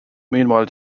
meanwhile